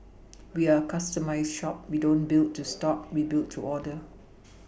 we are a customised shop we don't build to stock we build to order